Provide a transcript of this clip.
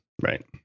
Right